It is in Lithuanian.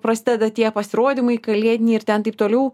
prasideda tie pasirodymai kalėdiniai ir ten taip toliau